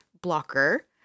Blocker